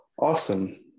Awesome